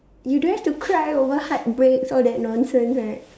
you don't have to cry over heartbreaks all that nonsense right